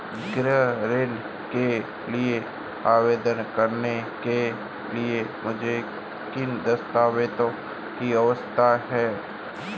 गृह ऋण के लिए आवेदन करने के लिए मुझे किन दस्तावेज़ों की आवश्यकता है?